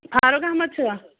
فاروق احمد چھِوا